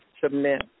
submit